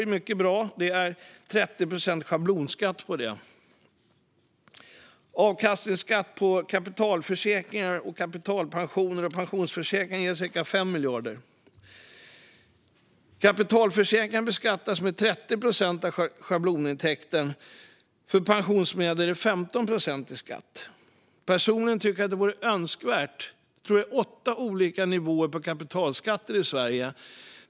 Det är mycket bra, och det är 30 procent schablonskatt på det. Avkastningsskatt på kapitalförsäkringar, kapitalpensioner och pensionsförsäkringar ger cirka 5 miljarder. Kapitalförsäkringar beskattas med 30 procent av schablonintäkten. För pensionsmedel är det 15 procent i skatt. Personligen tycker jag att det vore önskvärt att förenkla detta. Jag tror att det är åtta olika nivåer på kapitalskatter i Sverige.